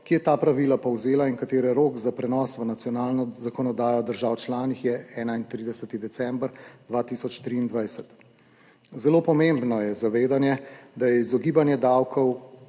ki je ta pravila povzela in katere rok za prenos v nacionalno zakonodajo držav članic je 31. december 2023. Zelo pomembno je zavedanje, da je izogibanje davkov